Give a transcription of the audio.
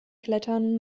klettern